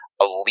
elite